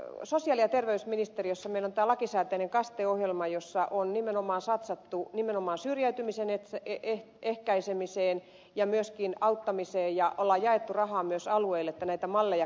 sosiaali ja terveysministeriössä meillä on tämä lakisääteinen kaste ohjelma jossa on nimenomaan satsattu syrjäytymisen ehkäisemiseen ja myöskin auttamiseen ja olemme jakaneet rahaa myös alueille että näitä malleja kehitettäisiin